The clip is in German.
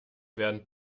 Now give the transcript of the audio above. werden